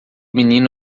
menino